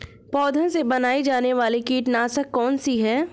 पौधों से बनाई जाने वाली कीटनाशक कौन सी है?